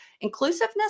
Inclusiveness